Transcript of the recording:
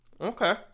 Okay